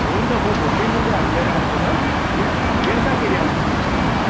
हुन्छ म भोलि लुगाहरू लिएर आउँछु ल बे बेलुकाखेरि आउँछु भोलि